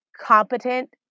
competent